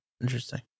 Interesting